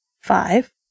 Five